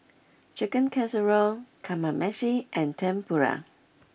Chicken Casserole Kamameshi and Tempura